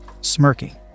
smirking